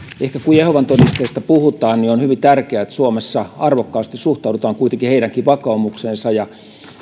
jehovan todistajista puhutaan on hyvin tärkeää että suomessa kuitenkin suhtaudutaan arvokkaasti heidänkin vakaumukseensa ja